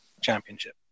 championship